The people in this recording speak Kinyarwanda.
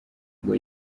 ngo